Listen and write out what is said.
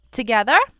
together